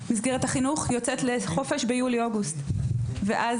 מסגרת החינוך יוצאת לחופש ביולי אוגוסט ואז